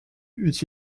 eût